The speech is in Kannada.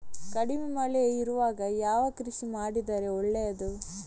ಕಡಿಮೆ ಮಳೆ ಇರುವಾಗ ಯಾವ ಕೃಷಿ ಮಾಡಿದರೆ ಒಳ್ಳೆಯದು?